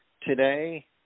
today